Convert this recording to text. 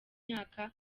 myaka